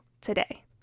today